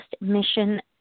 mission